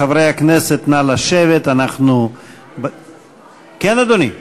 חברי הכנסת, נא לשבת, כן, אדוני.